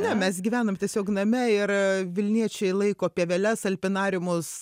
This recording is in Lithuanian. ne mes gyvenam tiesiog name ir vilniečiai laiko pieveles alpinariumus